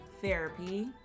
therapy